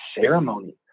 ceremony